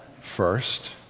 first